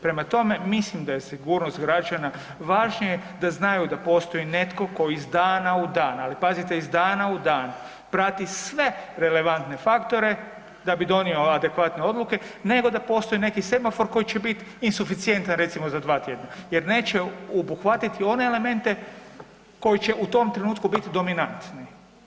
Prema tome, mislim da je sigurnost građana važnije da znaju da postoji netko tko iz dana u dan, ali pazite, iz dana u dan prati sve relevantne faktore da bi donio adekvatne odluke, nego da postoj neki semafor koji će biti insuficijentan, recimo, za 2 tjedna jer neće obuhvatiti one elemente koji će u tom trenutku biti dominantni.